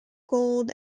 gold